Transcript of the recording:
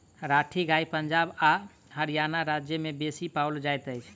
राठी गाय पंजाब आ हरयाणा राज्य में बेसी पाओल जाइत अछि